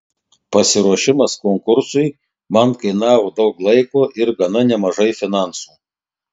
pasiruošimas konkursui man kainavo daug laiko ir gana nemažai finansų